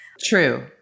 True